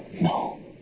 No